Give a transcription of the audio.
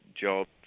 jobs